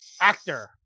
Actor